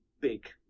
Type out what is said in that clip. big